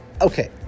Okay